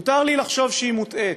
מותר לי לחשוב שהיא מוטעית,